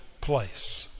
place